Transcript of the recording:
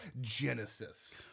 Genesis